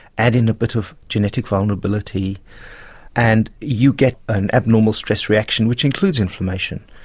add in a bit of genetic vulnerability and you get an abnormal stress reaction which includes inflammation.